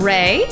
Ray